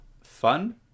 fun